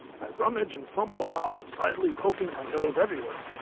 i rummage and fumble about, excitedly poking my nose everywhere,